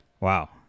Wow